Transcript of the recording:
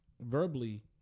verbally